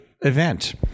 event